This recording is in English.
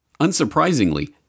Unsurprisingly